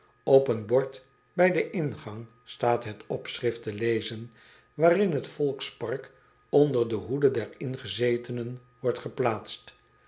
p een bord bij den ingang staat een opschrift te lezen waarin het volkspark onder de hoede der ingezetenen wordt geplaatst